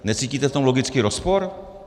Necítíte v tom logický rozpor?